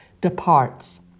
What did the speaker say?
departs